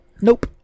nope